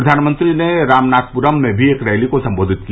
फ्र्वानमंत्री ने रामनाथमपुरम में भी एक रैली को संबोधित किया